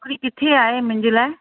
नौकिरी किथे आहे मुंहिंजे लाइ